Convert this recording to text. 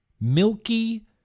milky